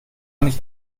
nicht